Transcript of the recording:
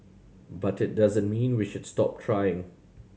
but it doesn't mean we should stop trying